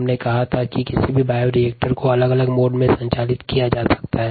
हम पूर्व में चर्चा कर चुके है कि कुछ बायोरिएक्टर को अलग अलग प्रणाली में संचालित किया जा सकता है